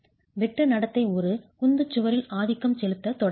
வெட்டு நடத்தை ஒரு குந்து சுவரில் ஆதிக்கம் செலுத்தத் தொடங்குகிறது